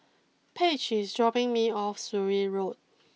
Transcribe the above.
Paige is dropping me off Surin Road